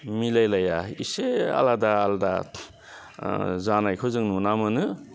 मिलाइलाया इसे आलादा आलदा जानायखौ जों नुना मोनो